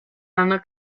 hanno